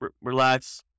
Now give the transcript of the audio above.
relax